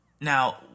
now